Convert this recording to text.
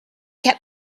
kept